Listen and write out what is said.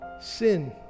Sin